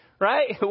Right